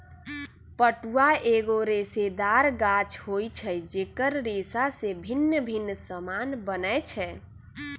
पटुआ एगो रेशेदार गाछ होइ छइ जेकर रेशा से भिन्न भिन्न समान बनै छै